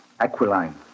Aquiline